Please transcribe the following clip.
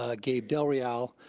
ah gabe del real,